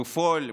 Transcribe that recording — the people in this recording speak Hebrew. בפועל,